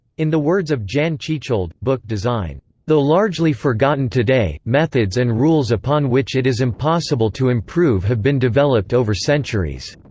in the words of jan tschichold, book design though largely forgotten today, methods and rules upon which it is impossible to improve have been developed over centuries.